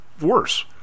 worse